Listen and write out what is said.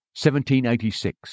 1786